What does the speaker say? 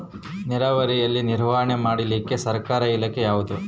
ನೇರಾವರಿಯಲ್ಲಿ ನಿರ್ವಹಣೆ ಮಾಡಲಿಕ್ಕೆ ಸರ್ಕಾರದ ಇಲಾಖೆ ಯಾವುದು?